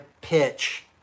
pitch